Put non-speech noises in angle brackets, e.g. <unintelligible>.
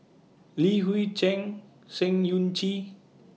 Li Hui Cheng Sng Choon <unintelligible>